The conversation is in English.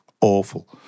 awful